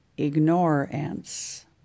ignorance